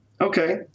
Okay